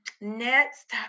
Next